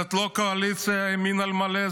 זאת לא קואליציה ימין על מלא,